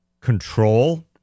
Control